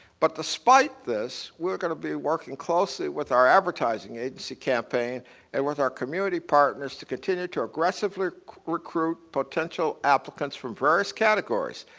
but despite this, we're going to be working closely with our advertising agency campaign and with our community partners to continue to aggressively recruit potential applicants from various categories,